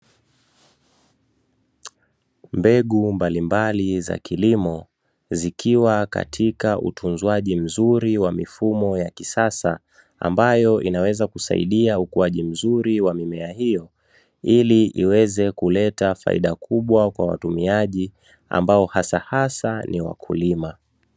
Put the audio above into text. Mbegu mbalimbali za kilimo zikiwa katika utunzwaji mzuri wa mifumo ya kisasa ambayo inaweza kusaidia ukuaji mzuri wa mimea hiyo ili iweze kuleta faida kubwa kwa watumiaji ambao hasahasa ni wakulima.